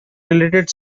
related